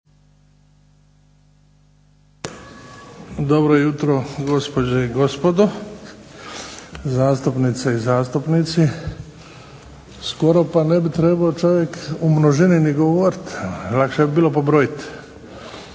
Dobro jutro gospođe i gospodo zastupnice i zastupnici. Skoro pa ne bi trebao čovjek u množini ni govoriti, lakše bi bilo pobrojiti,